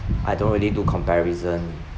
I don't really do comparison